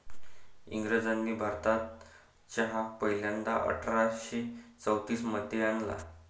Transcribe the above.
इंग्रजांनी भारतात चहा पहिल्यांदा अठरा शे चौतीस मध्ये आणला